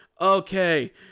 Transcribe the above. Okay